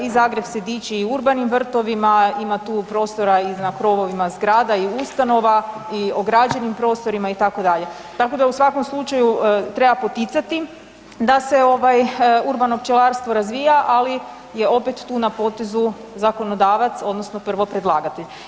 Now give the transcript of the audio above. I Zagreb se diči i urbanim vrtovima, ima tu prostora i na krovovima zgrada i ustanova i ograđenim prostorima itd., tako da u svakom slučaju treba poticati da se urbano pčelarstvo razvija, ali je opet tu na potezu zakonodavac odnosno prvo predlagatelj.